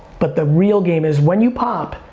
but the real game is, when you pop,